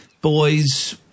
boys